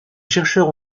chercheurs